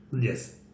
Yes